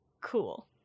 Cool